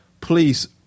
please